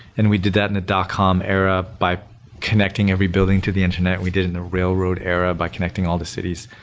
and we did that in the dot com era by connecting every building to the internet. we did it in the railroad era by connecting all the cities.